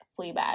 Fleabag